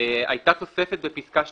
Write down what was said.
היתה תוספת בפסקה (2)